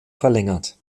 verlängert